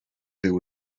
ryw